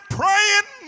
praying